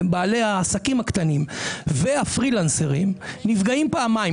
בעלי העסקים הקטנים והפרילנסרים נפגעים פעמיים.